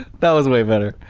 that was way better.